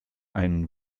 einen